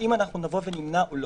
האם נבוא ונמנע או לא.